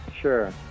Sure